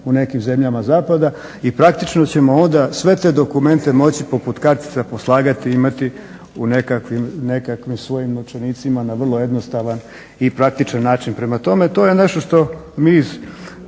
u nekim zemljama zapada i praktično ćemo onda sve te dokumente moći poput kartica poslagati i imati u nekakvim svojim novčanicima na vrlo jednostavan i praktičan način. Prema tome, to je nešto što mi iz